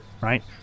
Right